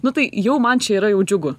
nu tai jau man čia yra jau džiugu